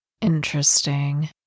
Interesting